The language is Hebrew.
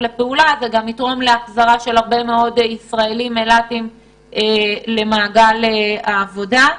אלא גם להחזרת תושבי אילת למעגל העבודה.